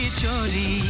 chori